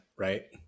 Right